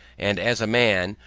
and as a man,